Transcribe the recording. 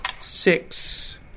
Six